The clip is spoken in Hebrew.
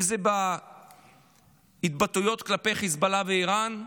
אם זה בהתבטאויות כלפי חיזבאללה ואיראן,